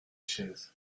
chaise